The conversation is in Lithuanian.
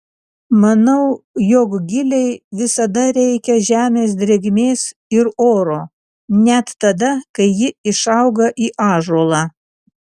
manau jog gilei visada reikia žemės drėgmės ir oro net tada kai ji išauga į ąžuolą